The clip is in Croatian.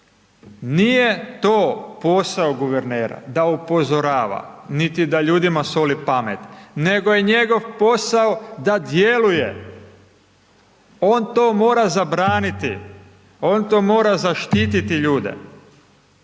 Nije to posao guvernera, da upozorava niti da ljudima soli pamet, nego je njegov posao da djeluje on to mora zabraniti, on to mora zaštititi ljude,